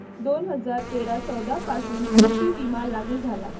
दोन हजार तेरा चौदा पासून कृषी विमा लागू झाला